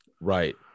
right